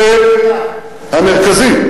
הנושא המרכזי,